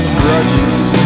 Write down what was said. grudges